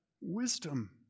wisdom